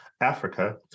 Africa